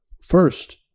first